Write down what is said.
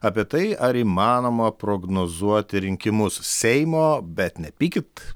apie tai ar įmanoma prognozuoti rinkimus seimo bet nepykit